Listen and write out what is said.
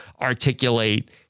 articulate